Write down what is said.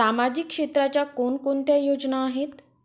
सामाजिक क्षेत्राच्या कोणकोणत्या योजना आहेत?